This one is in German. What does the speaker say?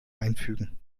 einfügen